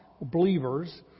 believers